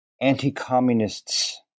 anti-communists